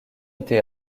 été